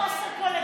זה לא קולגיאלי,